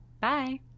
bye